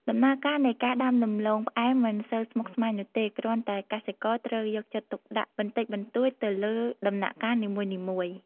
ដំណើរការនៃការដាំដំឡូងផ្អែមមិនសូវស្មុគស្មាញនោះទេ គ្រាន់តែកសិករត្រូវយកចិត្តទុកដាក់បន្តិចបន្តួចទៅលើដំណាក់កាលនីមួយៗ។